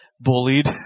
Bullied